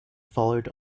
followed